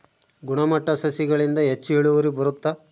ಗುಣಮಟ್ಟ ಸಸಿಗಳಿಂದ ಹೆಚ್ಚು ಇಳುವರಿ ಬರುತ್ತಾ?